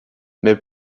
mais